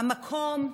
המקום,